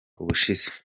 ubushize